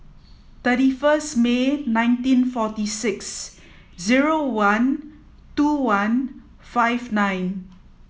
thirty first May nineteen forty six zero one two one five nine